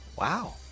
Wow